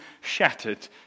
shattered